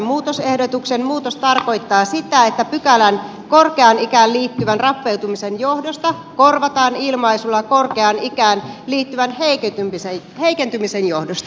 muutos tarkoittaa sitä että pykälän korkeaan ikään liittyvän rappeutumisen johdosta korvataan ilmaisulla korkeaan ikään liittyvän heikentymisen johdosta